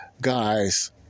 guys